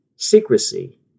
secrecy